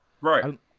Right